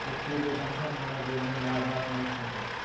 वित्तीय लेखांकन मानक बोर्ड नॉरवॉक में स्थित है